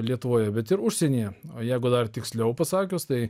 lietuvoje bet ir užsienyje o jeigu dar tiksliau pasakius tai